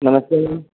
नमस्ते मैंम